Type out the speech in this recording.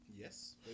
Yes